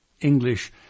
English